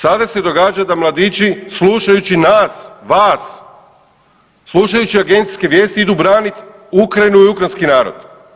Sada se događa da mladići slušajući nas, vas, slušajući agencijske vijesti idu branit Ukrajini i ukrajinski narod.